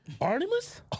Artemis